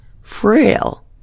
frail